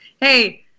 Hey